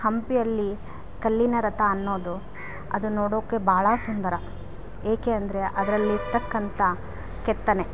ಹಂಪಿಯಲ್ಲಿ ಕಲ್ಲಿನ ರಥ ಅನ್ನೋದು ಅದನ್ ನೋಡೋಕ್ಕೆ ಭಾಳ ಸುಂದರ ಏಕೆ ಅಂದರೆ ಅದರಲ್ಲಿ ಇರತಕ್ಕಂಥ ಕೆತ್ತನೆ